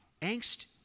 angst